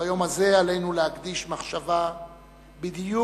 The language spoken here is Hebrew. ביום הזה עלינו להקדיש מחשבה בדיוק